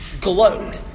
glowed